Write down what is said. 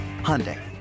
Hyundai